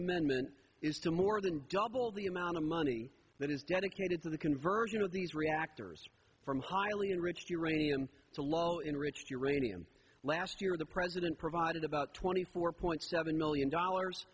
amendment is to more than double the amount of money that is dedicated to the conversion of these reactors from highly enriched uranium to low enriched uranium last year the president provided about twenty four point seven million dollars